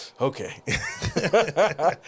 okay